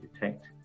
detect